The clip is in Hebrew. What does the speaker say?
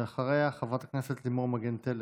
ואחריה, חברת הכנסת לימור מגן תלם.